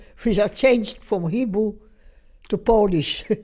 which i changed from hebrew to polish.